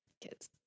kids